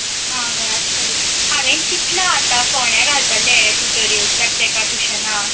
हां घराच कडेन हांवें चिंतलां आतां फोण्या घालतलें टुटऱ्योसाक ताका टुशनाक